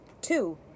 two